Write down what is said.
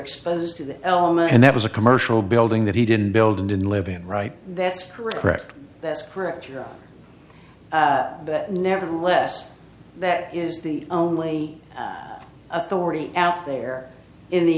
exposed to that element and that was a commercial building that he didn't build and didn't live in right that's correct that's correct but nevertheless that is the only authority out there in the